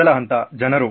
ಮೊದಲ ಹಂತ ಜನರು